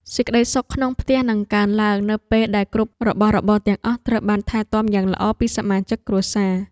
សេចក្ដីសុខក្នុងផ្ទះនឹងកើនឡើងនៅពេលដែលគ្រប់របស់របរទាំងអស់ត្រូវបានថែទាំយ៉ាងល្អពីសមាជិកគ្រួសារ។